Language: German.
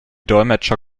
dolmetscher